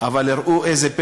ואחזקת נשק,